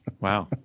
Wow